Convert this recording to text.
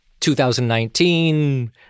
2019